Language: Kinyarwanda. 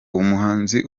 umuhanzi